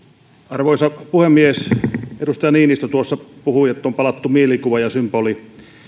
arvoisa puhemies kun edustaja niinistö tuossa puhui että harrastetaan mielikuva ja